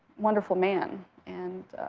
wonderful man. and